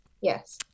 yes